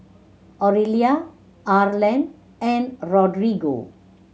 Aurelia Arlen and Rodrigo